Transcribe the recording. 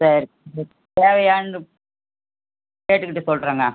சரி தேவையான்னு கேட்டுக்கிட்டு சொல்லுறேங்க